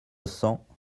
cents